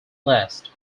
last